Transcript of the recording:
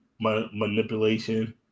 manipulation